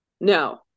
No